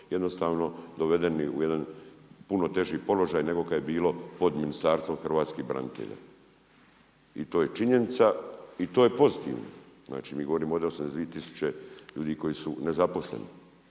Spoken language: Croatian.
jednostavno dovedeni u jedan puno teži položaj nego kada je bilo pod Ministarstvom hrvatskih branitelja i to je činjenica i to je pozitivno. Znači mi govorimo ovdje o 82 tisuće ljudi koji su nezaposleni.